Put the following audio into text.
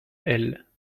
elle